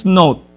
note